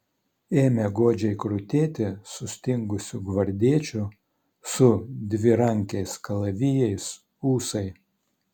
ėmė godžiai krutėti sustingusių gvardiečių su dvirankiais kalavijais ūsai